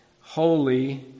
holy